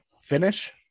finish